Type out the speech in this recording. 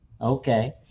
Okay